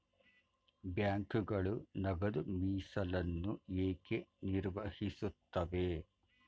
ಬ್ಯಾಂಕುಗಳು ನಗದು ಮೀಸಲನ್ನು ಏಕೆ ನಿರ್ವಹಿಸುತ್ತವೆ?